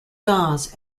dawes